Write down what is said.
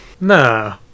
Nah